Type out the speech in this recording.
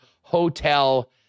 hotel